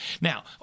Now